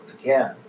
again